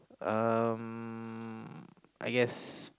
um I guess